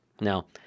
Now